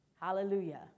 Hallelujah